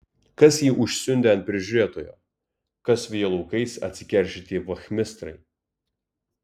kas jį užsiundė ant prižiūrėtojo kas vijo laukais atsikeršyti vachmistrai